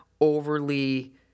overly